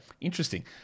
interesting